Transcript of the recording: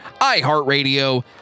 iHeartRadio